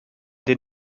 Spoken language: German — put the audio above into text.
den